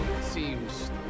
Seems